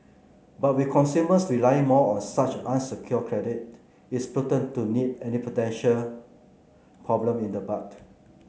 but with consumers relying more on such unsecured credit it's prudent to nip any potential problem in the bud